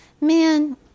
Man